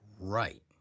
right